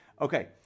Okay